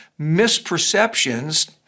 misperceptions